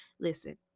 listen